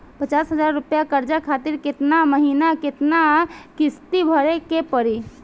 पचास हज़ार रुपया कर्जा खातिर केतना महीना केतना किश्ती भरे के पड़ी?